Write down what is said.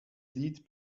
lied